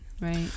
right